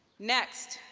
next,